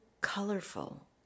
colorful